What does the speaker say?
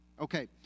Okay